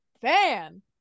fan